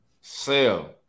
Sell